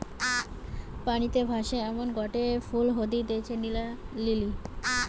পানিতে ভাসে এমনগটে ফুল হতিছে নীলা লিলি